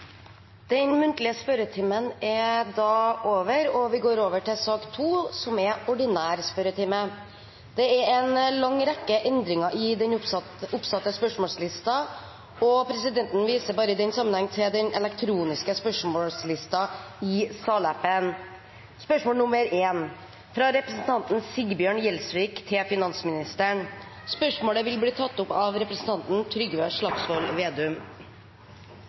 Den muntlige spørretimen er dermed omme. Det er en lang rekke endringer i den oppsatte spørsmålslisten, og presidenten viser i den sammenheng til den elektroniske spørsmålslisten i salappen. Endringene var som følger: Spørsmål 1, fra representanten Sigbjørn Gjelsvik til finansministeren, vil bli tatt opp av representanten Trygve Slagsvold Vedum.